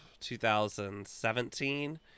2017